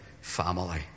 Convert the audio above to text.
family